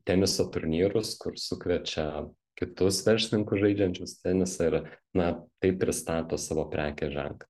teniso turnyrus sukviečia kitus verslininkus žaidžiančius tenisą ir na taip pristato savo prekės ženklą